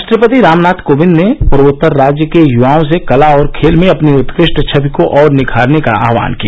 राष्ट्रपति रामनाथ कोविंद ने पूर्वोत्तर राज्य के युवाओं से कला और खेल में अपनी उत्कष्ट छवि को और निखारने का आहवान किया